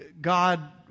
God